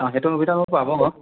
অঁ সেইটো সুবিধা বাৰু পাব বাৰু